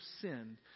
sinned